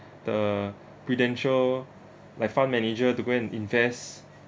the Prudential like fund manager to go and invest